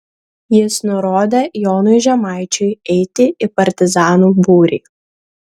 jis nurodė jonui žemaičiui eiti į partizanų būrį